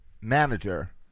manager